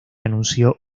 anunció